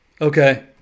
Okay